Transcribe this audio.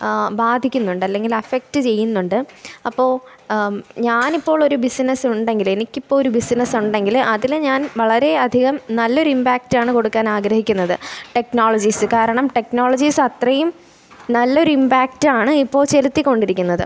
ആ ബാധിക്കുന്നുണ്ടല്ലെങ്കിൽ എഫെക്റ്റ് ചെയ്യുന്നുണ്ട് അപ്പോൾ ഞാനിപ്പോളൊരു ബിസിനസ്സുണ്ടെങ്കിൽ എനിക്കിപ്പോൾ ഒരു ബിസിനസ്സുണ്ടെങ്കിൽ അതിൽ ഞാൻ വളരെ അധികം നല്ലൊരിമ്പാക്റ്റാണ് കൊടുക്കാനാഗ്രഹിക്കുന്നത് ടെക്നോളജീസ് കാരണം ടെക്നോളജീസത്രയും നല്ലൊരിമ്പാക്റ്റാണ് ഇപ്പോൾ ചെലുത്തി കൊണ്ടിരിക്കുന്നത്